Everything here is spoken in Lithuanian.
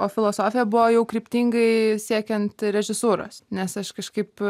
o filosofija buvo jau kryptingai siekiant režisūros nes aš kažkaip